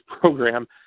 program